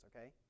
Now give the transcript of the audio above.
Okay